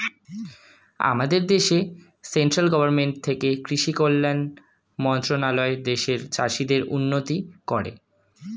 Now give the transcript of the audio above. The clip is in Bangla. আমাদের দেশে সেন্ট্রাল গভর্নমেন্ট থেকে কৃষি কল্যাণ মন্ত্রণালয় দেশের চাষীদের উন্নতি করে